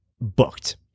booked